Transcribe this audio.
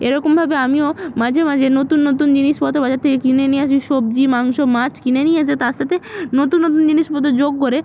এরকম ভাবে আমিও মাঝে মাঝে নতুন নতুন জিনিসপত্র বাজার থেকে কিনে নিয়ে আসি সবজি মাংস মাছ কিনে নিয়ে এসে তার সাথে নতুন নতুন জিনিস ওতে যোগ করে